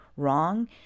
Wrong